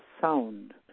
sound